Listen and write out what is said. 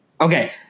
okay